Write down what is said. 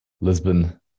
Lisbon